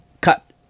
Cut